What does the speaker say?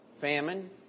Famine